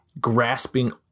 grasping